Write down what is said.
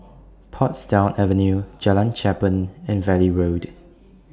Portsdown Avenue Jalan Cherpen and Valley Road